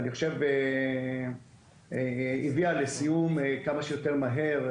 אני חושב שזה הביא לסיום כמה שיותר מהיר,